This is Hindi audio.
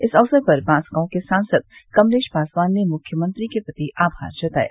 इस अवसर पर बांसगांव के सांसद कमलेश पासवान ने मुख्यमंत्री के प्रति आभार जताया